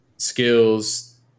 Skills